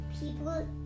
people